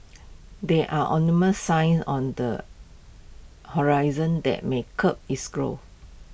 there are ominous signs on the horizon that may curb its growth